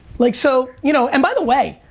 like, so, you know, and by the way,